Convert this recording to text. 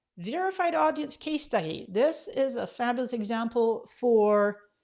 verified audience case study. this is a fabulous example for